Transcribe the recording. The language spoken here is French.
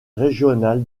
régional